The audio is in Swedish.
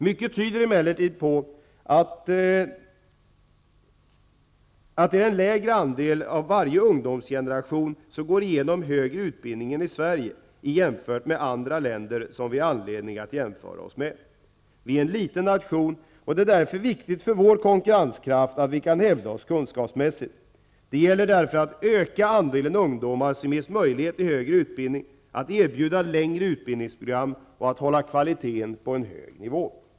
Mycket tyder emellertid på att det är en lägre andel av varje ungdomsgeneration som går igenom högre utbildning i Sverige än i andra länder som vi har anledning att jämföra oss med. Vi är en liten nation, och det är därför viktigt för vår konkurrenskraft att vi kan hävda oss kunskapsmässigt. Det gäller därför att öka andelen ungdomar som ges möjlighet till högre utbildning, att erbjuda längre utbildningsprogram och att hålla kvaliteten på en hög nivå.